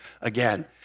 again